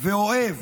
ואוהב